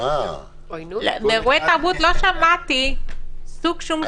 לאירועי תרבות לא שמעתי שום סוג.